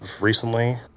recently